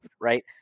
right